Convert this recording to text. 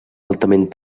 altament